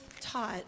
taught